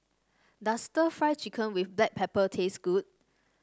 does stir Fry Chicken with Black Pepper taste good